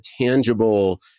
tangible